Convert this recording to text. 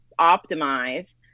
optimize